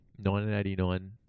1989